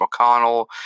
McConnell